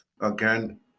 Again